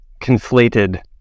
conflated